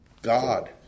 God